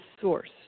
source